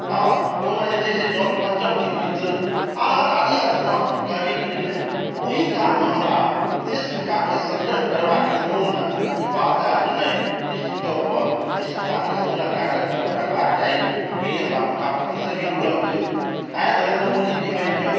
हँ ओहिमे जे छै से जड़ पञ्चमके चित्र आर आर आदि आदि तऽ हम कहलियै कि जे नहि ओहिकालमे हमरा से सिक्काकेँ सङ्ग्रह करबाकेँ मनमे ई बात आयल जे नहि निश्चित तौर पर एहि सिक्काकेँ सङ्ग्रह कए कऽ घरमे राखबाके चाही चुँकि ई हमरा पुरखा पति से जुड़ल छै आइ नरेन्द्र मोदीजी मानि लिअ